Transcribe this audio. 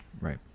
Right